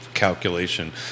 calculation